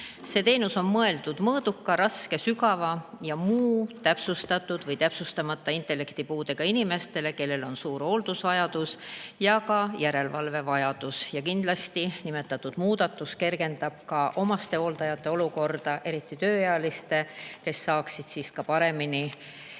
See teenus on mõeldud mõõduka, raske, sügava ja muu täpsustatud või täpsustamata intellektipuudega inimestele, kellel on suur hooldusvajadus ja ka järelevalvevajadus. Kindlasti kergendab nimetatud muudatus ka omastehooldajate olukorda, eriti tööealistel, kellel on lihtsam